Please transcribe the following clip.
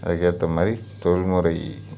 அதுக்கேற்ற மாதிரி தொழில்முறை